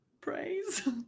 Praise